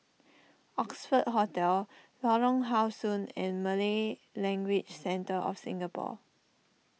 Oxford Hotel Lorong How Sun and Malay Language Centre of Singapore